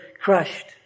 crushed